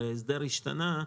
הרי ההסדר השתנה,